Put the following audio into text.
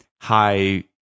high